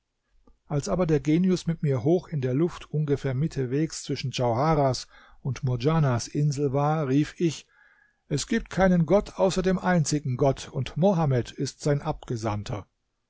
als aber der genius mit mir hoch in der luft ungefähr mitte wegs zwischen djauharahs und murdjanas insel war rief ich es gibt keinen gott außer dem einzigen gott und mohammed ist sein abgesandter